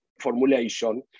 formulation